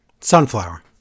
Sunflower